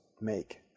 make